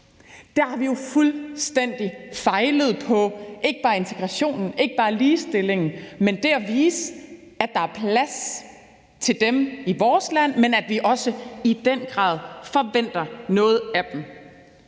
Der har vi jo fuldstændig fejlet på ikke bare integrationen og ligestillingen, men også på det at vise, at der er plads til dem i vores land – og at vi også i den grad forventer noget af dem.